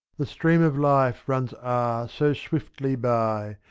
the stream of life runs ah! so swiftly by,